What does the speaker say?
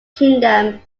kingdom